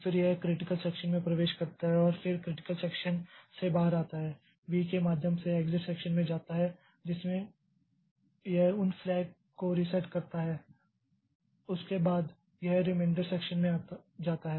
फिर यह critical section में प्रवेश करता है और फिर क्रिटिकल सेक्शन से बाहर आता है वी के माध्यम से एक्जिट सेक्शन में जाता है जिसमें यह उन फ्लैग को रीसेट करता है और उसके बाद यह रिमेंडर सेक्षन में जाता है